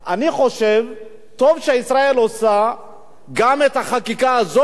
אני חושב, טוב שישראל עושה גם את החקיקה הזאת,